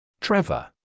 Trevor